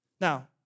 Now